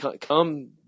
come